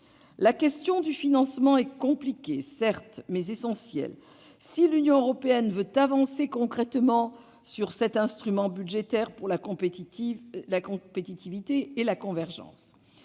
La question du financement est, certes, compliquée, mais essentielle si l'Union européenne veut avancer concrètement sur cet instrument budgétaire pour la compétitivité et la convergence.